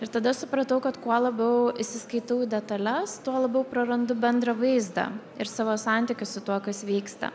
ir tada supratau kad kuo labiau įsiskaitau į detales tuo labiau prarandu bendrą vaizdą ir savo santykius su tuo kas vyksta